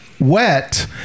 wet